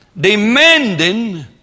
demanding